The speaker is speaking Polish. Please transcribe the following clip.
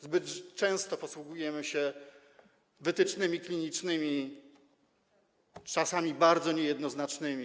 Zbyt często posługujemy się wytycznymi klinicznymi, czasami bardzo niejednoznacznymi.